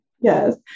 Yes